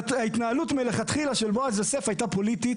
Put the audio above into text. שההתנהלות מלכתחילה של בועז יוסף הייתה פוליטית.